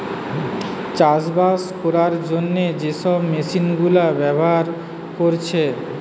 চাষবাস কোরার জন্যে যে সব মেশিন গুলা ব্যাভার কোরছে